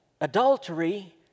adultery